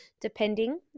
depending